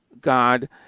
God